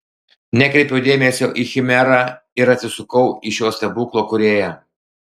nekreipiau dėmesio į chimerą ir atsisukau į šio stebuklo kūrėją